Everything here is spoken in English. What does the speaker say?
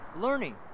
learning